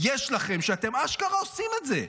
יש לכם שאתם אשכרה עושים את זה.